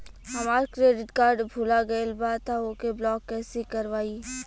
हमार credit card भुला गएल बा त ओके ब्लॉक कइसे करवाई?